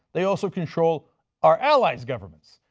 they also control our allies governments.